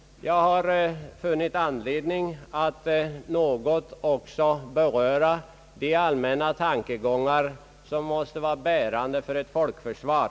Jag har tidigare också haft anledning att något beröra de allmänna tankegångar som måste vara bärande för ett folkförsvar.